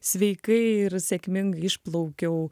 sveikai ir sėkmingai išplaukiau